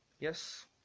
Yes